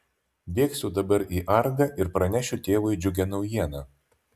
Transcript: bėgsiu dabar į argą ir pranešiu tėvui džiugią naujieną